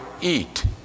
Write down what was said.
eat